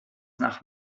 nach